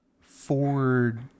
Ford